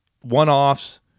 one-offs